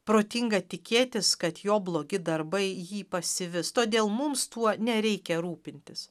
protinga tikėtis kad jo blogi darbai jį pasivis todėl mums tuo nereikia rūpintis